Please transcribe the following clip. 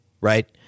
right